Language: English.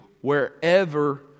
wherever